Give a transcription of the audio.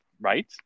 right